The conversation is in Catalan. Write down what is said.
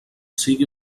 sigui